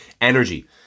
Energy